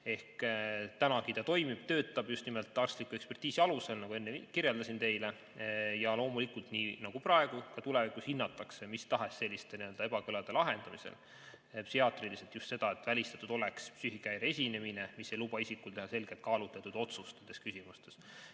Tänagi ta toimib, töötab just nimelt arstliku ekspertiisi alusel, nagu ma enne teile kirjeldasin. Loomulikult, nii nagu praegu, nii ka tulevikus hinnatakse mis tahes selliste ebakõlade lahendamisel psühhiaatriliselt just seda, et välistatud oleks psüühikahäire esinemine, mis ei luba isikul teha selgelt kaalutletud otsust nendes küsimustes.